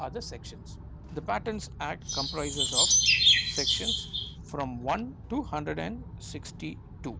are the sections the patents act comprises of sections from one hundred and sixty two,